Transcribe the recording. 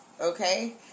okay